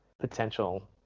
potential